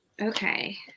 Okay